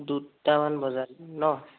দুটামান বজাত ন'